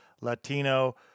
Latino